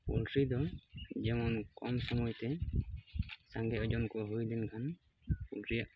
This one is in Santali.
ᱯᱚᱞᱴᱨᱤ ᱫᱚ ᱡᱮᱢᱚᱱ ᱠᱚᱢ ᱥᱩᱢᱟᱹᱭᱛᱮ ᱥᱟᱸᱜᱮ ᱳᱡᱳᱱ ᱠᱚ ᱦᱩᱭ ᱞᱮᱱᱠᱷᱟᱱ ᱯᱚᱞᱴᱨᱤᱭᱟᱜ